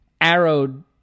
arrowed